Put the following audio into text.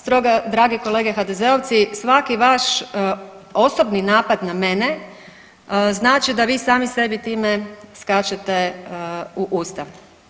Stoga drage kolege HDZ-ovci svaki vaš osobni napad na mene znači da vi sami sebi time skačete u usta.